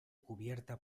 cubierta